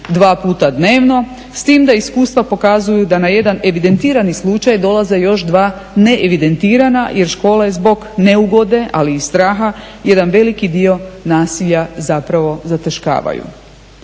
dva puta dnevno. S tim da iskustva pokazuju da na jedan evidentiran slučaj dolaze još dva ne evidentirana jer škola je zbog neugode ali i straha, jedan veliki dio nasilja zataškavaju.